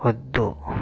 వద్దు